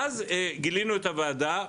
ואז גילינו את הוועדה,